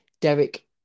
Derek